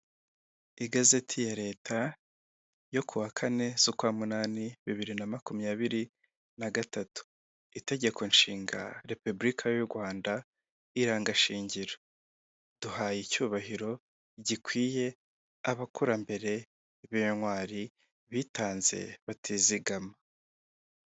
Igazeti ya Leta yo ku wa kane z'ukwa munani bibiri na makumyabiri na gatatu. Itegeko nshinga repubulika y'u Rwanda, iranga shingiro. Duhaye icyubahiro gikwiye abakurambere b'intwari bitanze batizigama.